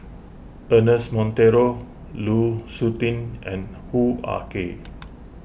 Ernest Monteiro Lu Suitin and Hoo Ah Kay